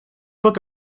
book